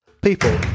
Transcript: people